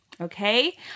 Okay